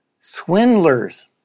swindlers